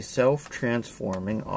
self-transforming